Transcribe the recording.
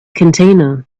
container